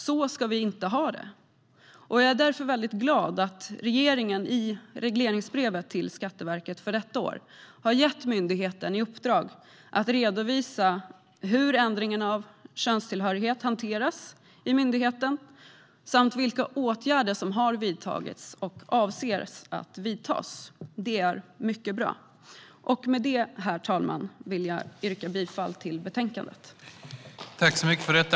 Så ska vi inte ha det, och jag är därför väldigt glad att regeringen i regleringsbrevet till Skatteverket för detta år har gett myndigheten i uppdrag att redovisa hur ändringar av könstillhörighet hanteras i myndigheten samt vilka åtgärder som har vidtagits och som man avser att vidta. Detta är mycket bra. Med detta, herr talman, vill jag yrka bifall till utskottets förslag i betänkandet.